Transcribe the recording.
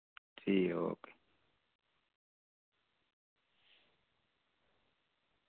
ठीक ऐ ओके